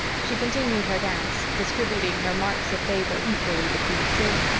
she continued her dance, distributing her marks of favor equally between sid,